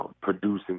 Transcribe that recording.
producing